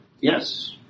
Yes